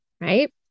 right